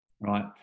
right